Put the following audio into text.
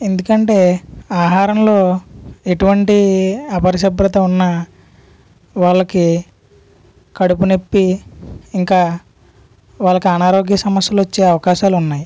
ఎందుకంటే ఆహారంలో ఎటువంటి అపరిశుభ్రత ఉన్నా వాళ్ళకి కడుపు నొప్పి ఇంకా వాళ్ళకి అనారోగ్య సమస్యలు వచ్చే అవకాశాలు ఉన్నాయి